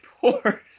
poor